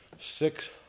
six